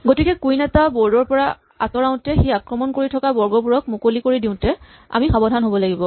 গতিকে কুইন এটা বৰ্ড ৰ পৰা আঁতৰাওতে সি আক্ৰমণ কৰি থকা বৰ্গবোৰক মুকলি কৰি দিওতে আমি সাৱধান হ'ব লাগিব